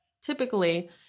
typically